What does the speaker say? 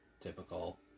Typical